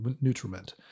nutriment